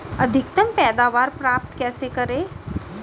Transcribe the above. अधिकतम पैदावार प्राप्त कैसे करें?